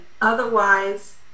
otherwise